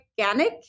organic